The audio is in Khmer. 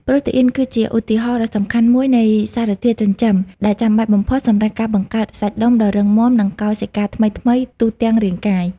ប្រូតេអ៊ីន គឺជាឧទាហរណ៍ដ៏សំខាន់មួយនៃសារធាតុចិញ្ចឹមដែលចាំបាច់បំផុតសម្រាប់ការបង្កើត សាច់ដុំ ដ៏រឹងមាំ និង កោសិកាថ្មីៗ ទូទាំងរាងកាយ។